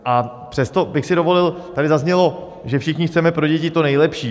A přesto bych si dovolil, tady zaznělo, že všichni chceme pro děti to nejlepší.